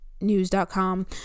news.com